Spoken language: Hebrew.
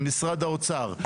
למשרד האוצר,